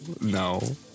No